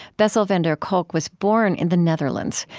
bessel van der kolk was born in the netherlands.